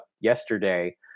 yesterday